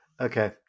Okay